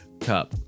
cup